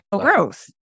growth